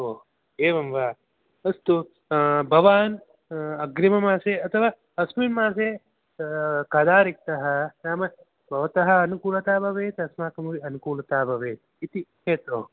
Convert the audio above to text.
ओ एवं वा अस्तु भवान् अग्रिममासे अथवा अस्मिन् मासे कदा रिक्तः नाम भवतः अनुकूलता भवेत् अस्माकमपि अनुकूलता भवेत् इति हेतोः